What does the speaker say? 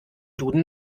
duden